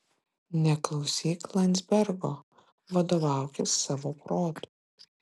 neklausyk landzbergo vadovaukis savo protu